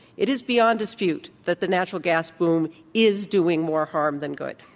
it is beyond dispute that the natural gas boom is doing more harm than good.